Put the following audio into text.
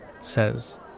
says